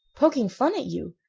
poking fun at you?